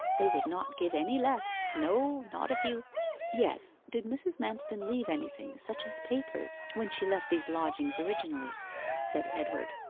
they would not give any less no, not if you yes. did mrs. manston leave anything, such as papers, when she left these lodgings originally said edward,